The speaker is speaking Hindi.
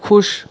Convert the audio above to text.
खुश